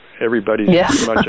everybody's